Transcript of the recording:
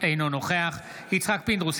אינו נוכח יצחק פינדרוס,